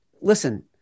Listen